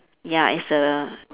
ya it's a